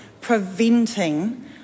preventing